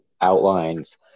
outlines